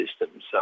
systems